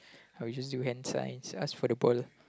I will just hand signs ask for the ball